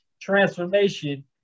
transformation